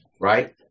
right